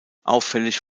auffällig